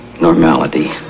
normality